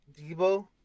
Debo